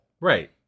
Right